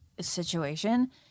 situation